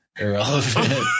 irrelevant